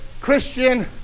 Christian